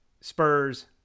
Spurs